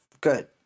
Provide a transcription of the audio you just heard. Good